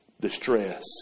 distress